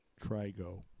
Trigo